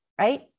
Right